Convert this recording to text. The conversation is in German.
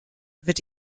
wird